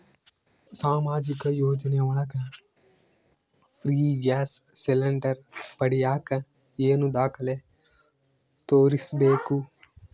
ಸಾಮಾಜಿಕ ಯೋಜನೆ ಒಳಗ ಫ್ರೇ ಗ್ಯಾಸ್ ಸಿಲಿಂಡರ್ ಪಡಿಯಾಕ ಏನು ದಾಖಲೆ ತೋರಿಸ್ಬೇಕು?